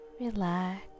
Relax